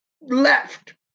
left